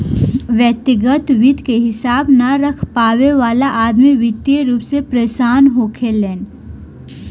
व्यग्तिगत वित्त के हिसाब न रख पावे वाला अदमी वित्तीय रूप से परेसान होखेलेन